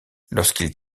lorsqu’il